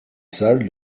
salle